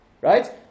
right